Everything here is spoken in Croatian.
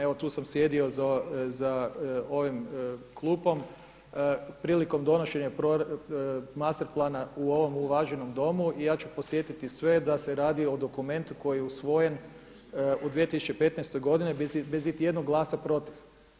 Evo, tu sam sjedio za ovom klupom prilikom donošenja master plana u ovome uvaženom Domu i ja ću podsjetiti sve da se radi o dokumentu koji je usvojen u 2015. godini bez iti jednog glasa protiv.